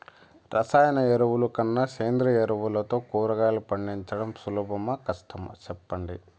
రసాయన ఎరువుల కన్నా సేంద్రియ ఎరువులతో కూరగాయలు పండించడం సులభమా కష్టమా సెప్పండి